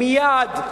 מייד,